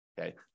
okay